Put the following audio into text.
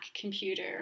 computer